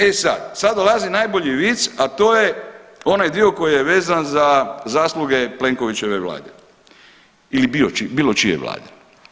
E sad, sad dolazi najbolji vic, a to je onaj dio koji je vezan za zasluge Plenkovićeve vlade ili bilo čije vlade.